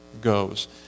goes